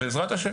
בעזרת השם,